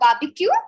barbecue